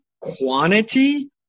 quantity